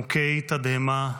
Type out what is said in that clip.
מוכי תדהמה,